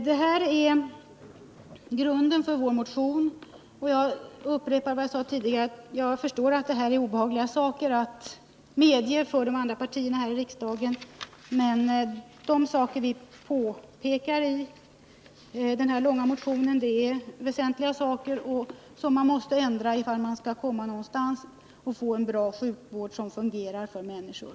Det här är grunden för vår motion, och jag upprepar vad jag sade tidigare: Jag förstår att det här är obehagligt att medge för de andra partierna här i riksdagen, men de saker vi påpekar i vår långa motion är väsentliga saker, som man måste ändra på om man skall komma någonstans och få en bra sjukvård som fungerar för människor.